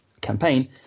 campaign